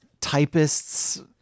typist's